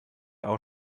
auch